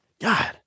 God